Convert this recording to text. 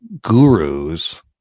gurus